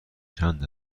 چند